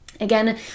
again